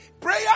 Prayer